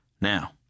Now